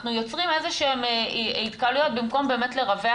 אנחנו יוצרים איזשהם התקהלויות במקום באמת לרווח